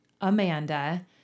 Amanda